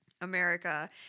America